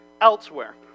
elsewhere